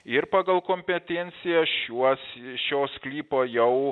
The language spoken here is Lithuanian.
ir pagal kompetenciją šiuos šio sklypo jau